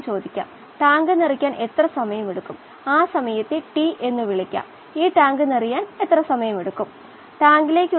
നമ്മൾ തിരഞ്ഞെടുക്കാൻ പോകുന്ന സിസ്റ്റം കുമിളകളെ പറ്റിയുള്ളതാണ് പുറത്തു വരാൻ പോകുന്ന വായു കുമിളകൾ